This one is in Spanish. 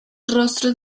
rostros